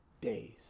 days